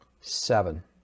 seven